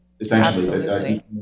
essentially